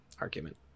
argument